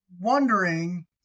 wondering